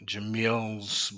Jamil's